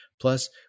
Plus